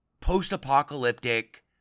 post-apocalyptic